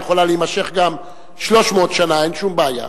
היא יכולה להימשך גם 300 שנה, אין שום בעיה.